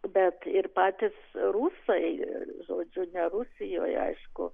bet ir patys rusai ir žodžiu ne rusijoje aišku